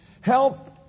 Help